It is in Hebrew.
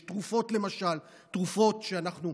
יש למשל תרופות שאנחנו,